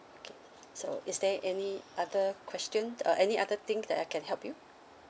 okay so is there any other question uh any other thing that I can help you